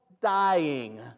dying